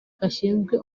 gashinzwe